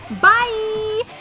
Bye